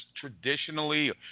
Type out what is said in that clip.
traditionally